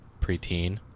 preteen